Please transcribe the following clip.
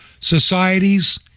societies